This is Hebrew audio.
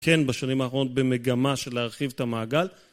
כן בשנים האחרונות במגמה של להרחיב את המעגל.